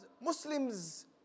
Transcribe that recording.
Muslims